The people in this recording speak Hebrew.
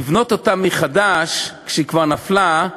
לבנות אותה מחדש אחרי שהיא כבר נפלה,